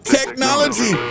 technology